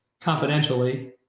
confidentially